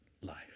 life